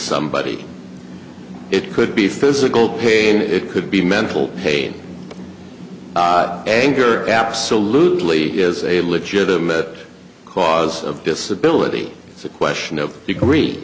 somebody it could be physical pain it could be mental pain anger absolutely is a legitimate cause of disability it's a question of degree